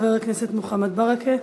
חבר הכנסת מוחמד ברכה.